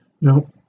No